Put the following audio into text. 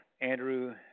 Andrew